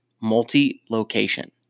multi-location